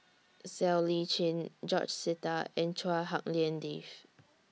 Siow Lee Chin George Sita and Chua Hak Lien Dave